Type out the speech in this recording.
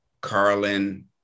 Carlin